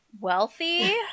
wealthy